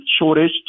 shortage